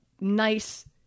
nice